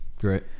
Great